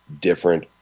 different